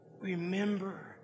remember